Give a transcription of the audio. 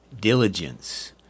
diligence